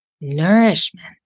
nourishment